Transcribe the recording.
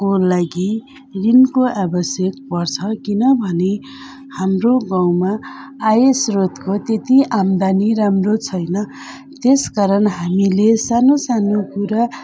को लागि ऋणको आवश्यक पर्छ किनभने हाम्रो गाउँमा आय स्रोतको त्यति आमदानी राम्रो छैन त्यस कारण हामीले सानो सानो कुरा